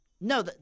No